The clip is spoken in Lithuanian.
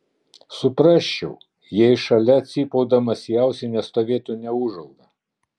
suprasčiau jei šalia cypaudamas į ausį nestovėtų neūžauga